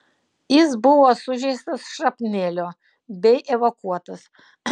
jis buvo sužeistas šrapnelio bei evakuotas